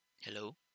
Hello